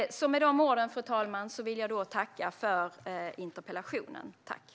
Med de orden, fru talman, vill jag tacka för interpellationsdebatten.